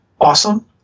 awesome